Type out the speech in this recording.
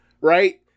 right